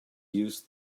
use